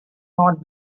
not